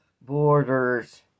borders